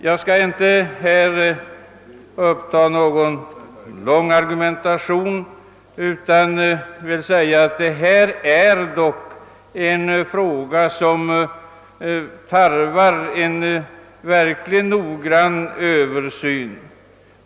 Jag skall inte föra någon lång argumentation utan vill endast säga att detta ändock är problem som tarvar en noggrann översyn.